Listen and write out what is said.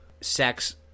sex